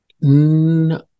no